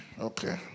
okay